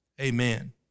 Amen